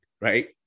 Right